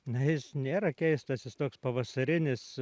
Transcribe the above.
na jis nėra keistas jis toks pavasarinis